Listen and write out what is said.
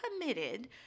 committed